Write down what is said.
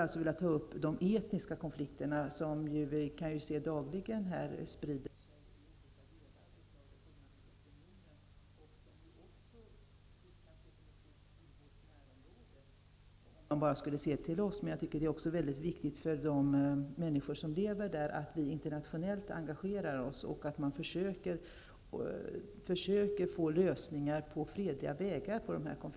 Jag vill diskutera de etniska konflikterna som vi dagligen ser sprids i olika delar av det forna Sovjetunionen och som kan bli ett hot i vårt närområde. Det är viktigt att visa för de människor som lever i dessa olika områden att vi engagerar oss internationellt och försöker skapa lösningar på dessa konflikter på fredlig väg.